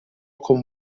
con